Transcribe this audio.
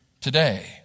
today